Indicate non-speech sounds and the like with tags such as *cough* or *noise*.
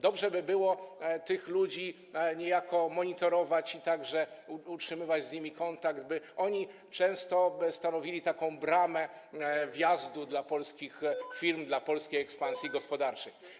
Dobrze by było tych ludzi niejako monitorować i utrzymywać z nimi kontakt, by oni stanowili taką bramę wjazdu dla polskich firm, *noise* dla polskiej ekspansji gospodarczej.